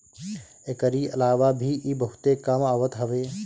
एकरी अलावा भी इ बहुते काम आवत हवे